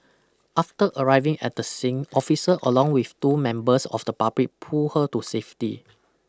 after arriving at the sing officer along with two members of the public pull her to safety